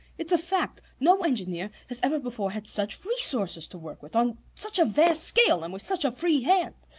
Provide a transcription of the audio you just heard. it's a fact no engineer has ever before had such resources to work with, on such a vast scale, and with such a free hand.